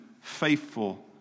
faithful